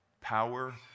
Power